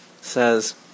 says